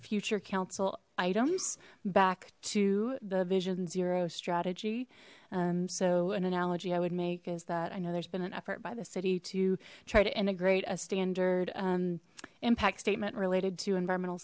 future council items back to the vision zero strategy and so an analogy i would make is that i know there's been an effort by the city to try to integrate a standard an impact statement related to environmental